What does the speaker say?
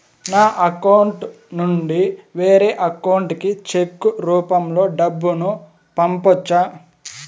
నా అకౌంట్ నుండి వేరే అకౌంట్ కి చెక్కు రూపం లో డబ్బును పంపొచ్చా?